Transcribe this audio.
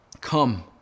come